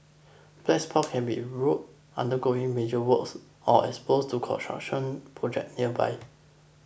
black spots can be road undergoing major works or exposed to construction projects nearby